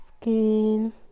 skin